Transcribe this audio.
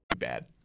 bad